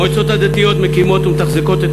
המועצות הדתיות מקימות ומתחזקות את